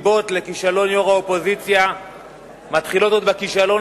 הסיבות לכישלון של יושבת-ראש האופוזיציה מתחילות עוד בכישלון